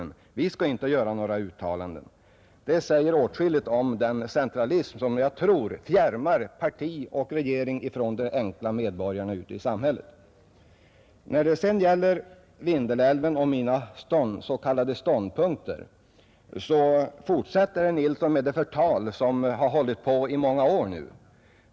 Han anser att vi inte skall göra några uttalanden. Det säger åtskilligt om den centralism som jag tror fjärmar parti och regering från de enkla medborgarna ute i samhället. När det sedan gäller Vindelälven och mina ståndpunkter i den frågan fortsätter herr Nilsson i Östersund med ett förtal som har pågått i många år nu.